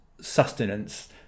sustenance